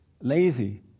Lazy